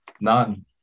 None